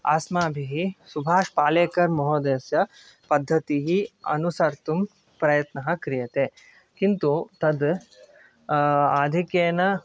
अस्माभिः सुभाष् पालेकर्महोदयस्य पद्धतिः अनुसर्तुं प्रयत्नः क्रियते किन्तु तत् आधिक्येन